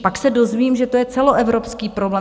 Pak se dozvím, že to je celoevropský problém.